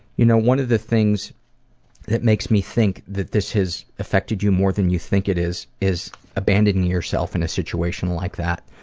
you know one of the things that makes me think that this has affected you more than you think it has is is abandoning yourself in a situation like that,